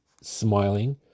smiling